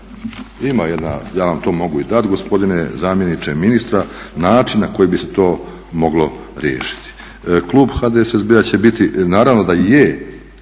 ima jedna, ja vam to mogu i dati gospodine zamjeniče ministra način na koji bi se to mogli riješiti. Klub HDSSB-a će biti, naravno da i